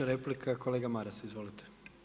3. replika kolega Maras, izvolite.